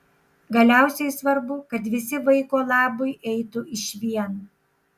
galiausiai svarbu kad visi vaiko labui eitų išvien